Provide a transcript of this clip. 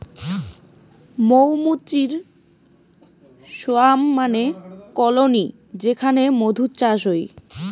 মৌ মুচির সোয়ার্ম মানে কলোনি যেখানে মধুর চাষ হই